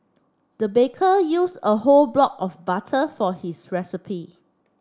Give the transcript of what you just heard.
the baker used a whole block of butter for his recipe